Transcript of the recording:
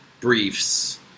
briefs